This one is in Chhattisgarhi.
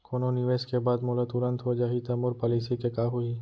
कोनो निवेश के बाद मोला तुरंत हो जाही ता मोर पॉलिसी के का होही?